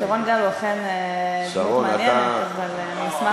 שרון גל הוא אכן דמות מעניינת, אבל אני אשמח